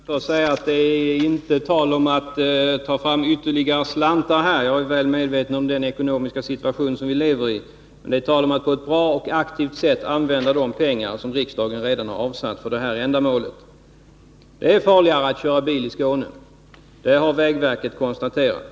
Herr talman! Låt mig först säga att det här inte är tal om att ta fram ytterligare slantar. Jag är väl medveten om den ekonomiska situation vi lever i. Vad det i stället är tal om är att på ett bra och aktivt sätt använda de pengar som riksdagen redan har avsatt för det här ändamålet. Det är farligare att köra bil i Skåne — det har vägverket konstaterat.